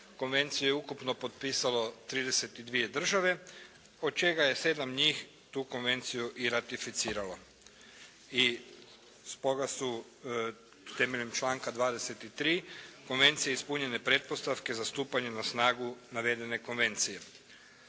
konvenciju je ukupno potpisalo 32 države, od čega je 7 njih tu konvenciju i ratificiralo. I stoga su temeljem članka 23. konvencije ispunjene pretpostavke za stupanje na snagu navedene konvencije.